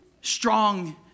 strong